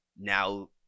now